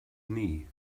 knee